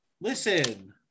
Listen